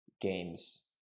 games